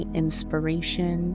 inspiration